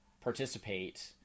participate